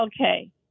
Okay